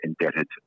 indebted